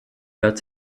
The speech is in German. wehrt